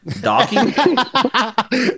Docking